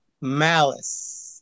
malice